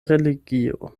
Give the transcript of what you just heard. religio